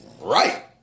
Right